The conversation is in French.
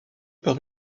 par